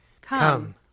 Come